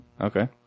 Okay